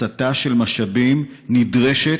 הסטה של משאבים נדרשת,